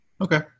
Okay